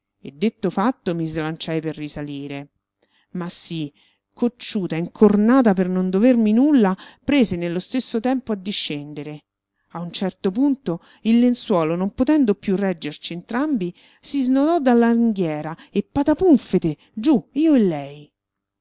e detto fatto mi slanciai per risalire ma sì cocciuta incornata per non dovermi nulla prese nello stesso tempo a discendere a un certo punto il lenzuolo non potendo più reggerci entrambi si snodò dalla ringhiera e patapùmfete giù io e lei